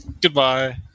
goodbye